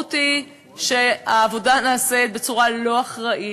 המשמעות היא שהעבודה נעשית בצורה לא אחראית.